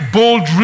bold